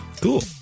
Cool